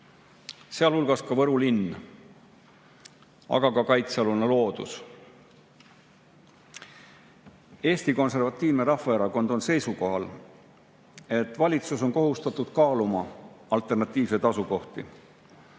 pered, jääks Võru linn, aga ka kaitsealune loodus. Eesti Konservatiivne Rahvaerakond on seisukohal, et valitsus on kohustatud kaaluma alternatiivseid asukohti.